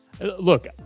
Look